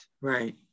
Right